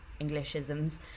Englishisms